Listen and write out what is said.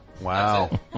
wow